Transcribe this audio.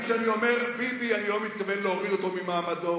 כשאני אומר ביבי אני לא מתכוון להוריד אותו ממעמדו.